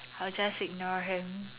I'll just ignore him